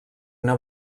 una